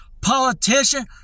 politician